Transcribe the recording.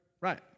Right